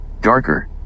Darker